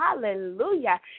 Hallelujah